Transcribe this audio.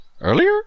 earlier